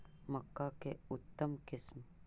मक्का के उतम किस्म?